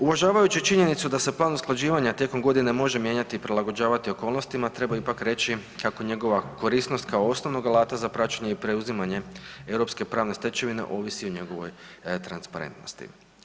Uvažavajući činjenicu da se plan usklađivanja tijekom godine može mijenjati i prilagođavati okolnostima treba ipak reći kako njegova korisnost kao osnovnog alata za praćenje i preuzimanje europske pravne stečevine ovisi o njegovoj transparentnosti.